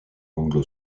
anglo